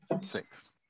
Six